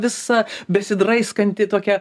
visa besidraikanti tokia